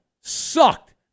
sucked